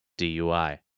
DUI